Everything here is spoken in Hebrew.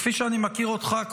כפי שאני מכיר אותך,